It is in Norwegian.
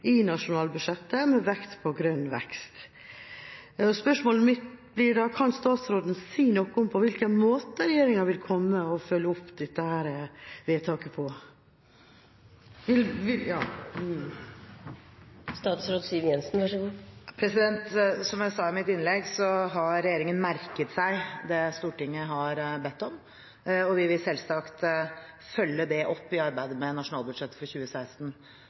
i nasjonalbudsjettet med vekt på grønn vekst. Spørsmålet mitt blir da: Kan statsråden si noe om på hvilken måte regjeringa vil følge opp dette vedtaket? Som jeg sa i mitt innlegg, har regjeringen merket seg det Stortinget har bedt om, og vi vil selvsagt følge det opp i arbeidet med nasjonalbudsjettet for 2016.